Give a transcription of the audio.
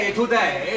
today